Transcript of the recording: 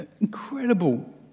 Incredible